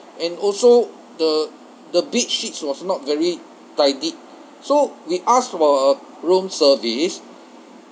and also the the bedsheets was not very tidied so we asked for a room service